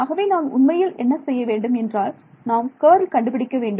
ஆகவே நான் உண்மையில் என்ன செய்ய வேண்டும் என்றால் நாம் கர்ல் கண்டுபிடிக்க வேண்டும்